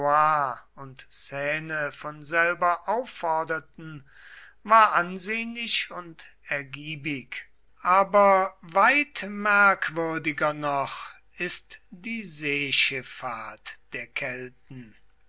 und seine von selber aufforderten war ansehnlich und ergiebig aber weit merkwürdiger noch ist die seeschiffahrt der kelten